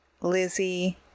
Lizzie